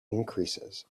increases